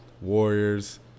Warriors